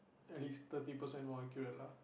at least thirty percent more accurate lah